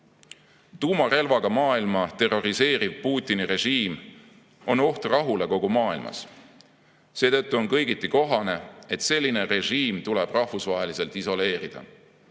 Tuumarelvaga maailma terroriseeriv Putini režiim on oht rahule kogu maailmas. Seetõttu on kõigiti kohane, et selline režiim tuleb rahvusvaheliselt isoleerida.